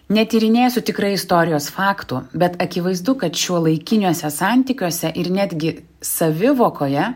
netyrinėsiu tikrai istorijos faktų bet akivaizdu kad šiuolaikiniuose santykiuose ir netgi savivokoje